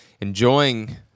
Enjoying